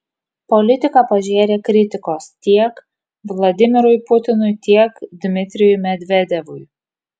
politika pažėrė kritikos tiek vladimirui putinui tiek dmitrijui medvedevui